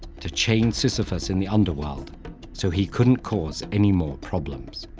to chain sisyphus in the underworld so he couldn't cause any more problems.